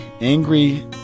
angry